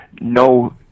no